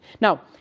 Now